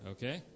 Okay